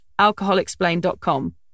AlcoholExplained.com